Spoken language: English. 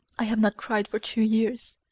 i have not cried for two years.